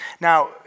Now